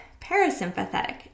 parasympathetic